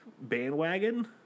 bandwagon